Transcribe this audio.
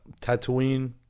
Tatooine